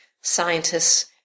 scientists